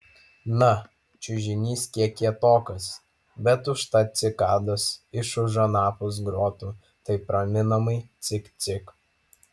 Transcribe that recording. na čiužinys kiek kietokas bet užtat cikados iš už anapus grotų taip raminamai cik cik